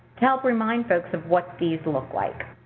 to help remind folks of what these look like.